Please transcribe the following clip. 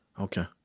okay